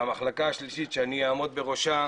והמחלקה השלישית שאני אעמוד בראשה